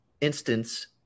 instance